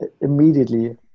immediately